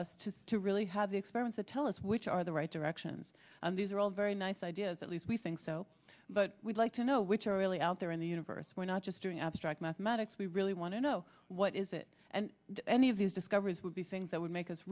us to to really have the experience that tell us which are the right directions and these are all very nice ideas at least we think so but we'd like to know which are really out there in the universe we're not just doing abstract mathematics we really want to know what is it and any of these discoveries would be things that would make us